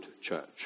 church